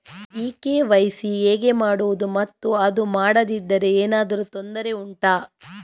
ಈ ಕೆ.ವೈ.ಸಿ ಹೇಗೆ ಮಾಡುವುದು ಮತ್ತು ಅದು ಮಾಡದಿದ್ದರೆ ಏನಾದರೂ ತೊಂದರೆ ಉಂಟಾ